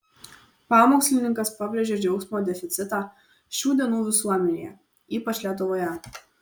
pamokslininkas pabrėžė džiaugsmo deficitą šių dienų visuomenėje ypač lietuvoje